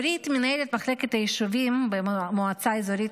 אורית היא מנהלת מחלקת היישובים במועצה אזורית